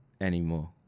anymore